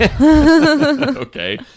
Okay